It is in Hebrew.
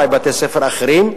אולי בתי-ספר אחרים.